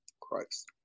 Christ